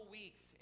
weeks